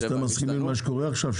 אתה מסכים עם מה שקורה עכשיו,